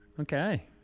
Okay